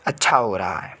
अच्छा हो रहा है